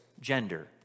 gender